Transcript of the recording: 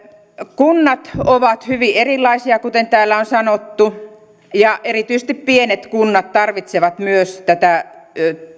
kunnat ovat hyvin erilaisia kuten täällä on sanottu ja erityisesti pienet kunnat tarvitsevat myös tätä